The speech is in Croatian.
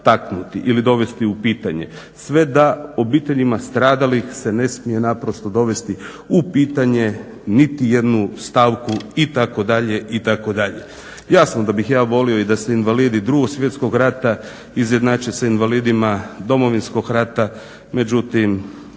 taknuti ili dovesti u pitanje. Sve da obiteljima stradalih se ne smije naprosto dovesti u pitanje niti jednu stavku itd., itd. Jasno da bih ja volio i da se invalidi 2. svjetskog rata izjednače s invalidima Domovinskog rata, međutim